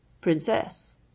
Princess